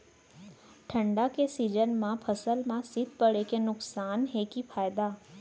ठंडा के सीजन मा फसल मा शीत पड़े के नुकसान हे कि फायदा?